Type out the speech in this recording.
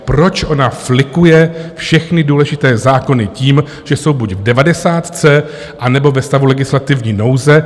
Proč ona flikuje všechny důležité zákony tím, že jsou buď v devadesátce, anebo ve stavu legislativní nouze?